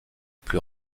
plus